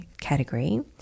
category